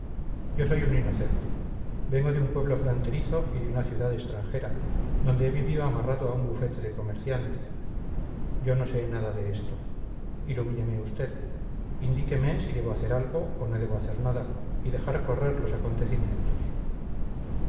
yo soy un inocente vengo de un pueblo fronterizo y de una ciudad extranjera donde he vivido amarrado a un bufete de comerciante yo no sé nada de esto ilumíneme usted indíqueme si debo hacer algo o no hacer nada y dejar correr los acontecimientos